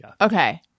Okay